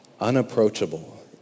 unapproachable